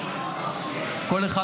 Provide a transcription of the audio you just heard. כל אחד,